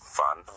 fun